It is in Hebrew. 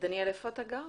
דניאל, איפה אתה גר?